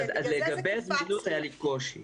לגבי זמינות היה לי קושי.